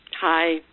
Hi